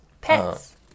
Pets